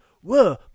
whoa